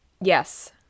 Yes